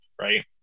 right